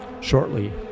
shortly